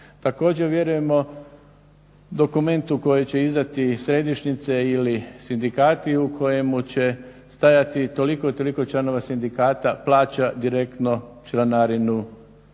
Također vjerujemo dokumentu koji će izdati i središnjice ili sindikati u kojemu će stajati toliko i toliko članova sindikata plaća direktno članarinu